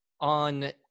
on